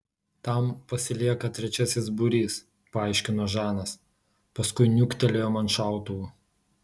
tam pasilieka trečiasis būrys paaiškino žanas paskui niuktelėjo man šautuvu